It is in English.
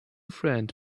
friend